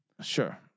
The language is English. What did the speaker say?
Sure